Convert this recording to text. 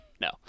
no